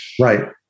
right